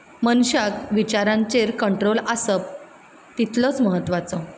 मनशाक विचारांचेर कंट्रोल आसप तितलोच म्हत्वाचो